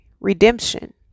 redemption